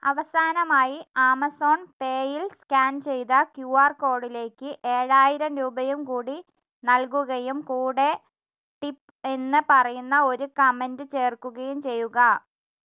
അവസാനമായി ആമസോൺ പേയിൽ സ്കാൻ ചെയ്ത ക്യു ആർ കോഡിലേക്ക് ഏഴായിരം രൂപയും കൂടി നൽകുകയും കൂടെ ടിപ്പ് എന്ന് പറയുന്ന ഒരു കമൻറ്റ് ചേർക്കുകയും ചെയ്യുക